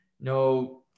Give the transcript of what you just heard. no –